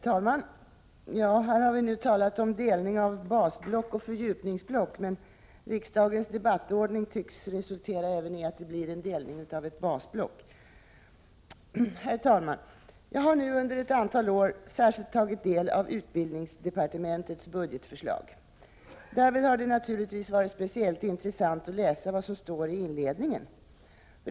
Herr talman! Här har vi nu talat om en uppdelning av basblock och fördjupningsblock. Riksdagens debattordning tycks emellertid resultera i att det även blir en delning av ett basblock. Jag har nu under ett antal år särskilt tagit del av utbildningsdepartementets budgetförslag. Därvid har det naturligtvis varit speciellt intressant att läsa vad som står i inledningen.